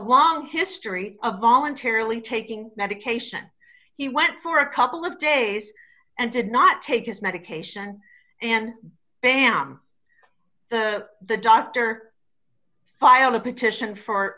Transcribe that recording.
long history of voluntarily taking medication he went for a couple of days and did not take his medication and bam the doctor filed a petition for